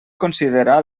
considerar